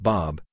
Bob